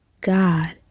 God